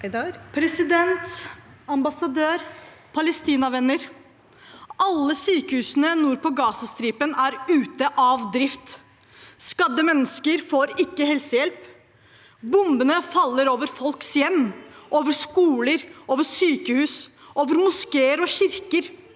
President, ambassadør, palestinavenner! Alle sykehusene nord på Gazastripen er ute av drift. Skadde mennesker får ikke helsehjelp. Bombene faller over folks hjem, over skoler, over sykehus, over moskeer og kirker.